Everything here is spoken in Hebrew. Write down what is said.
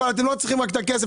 הבעיה שהם לא רוצים רק את הכסף,